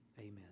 Amen